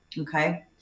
okay